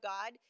God